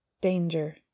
danger